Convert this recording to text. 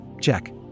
Check